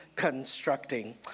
constructing